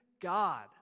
God